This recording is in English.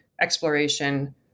exploration